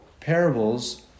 parables